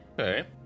Okay